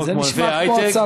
כמו ענפי ההיי-טק,